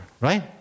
right